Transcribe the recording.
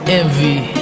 envy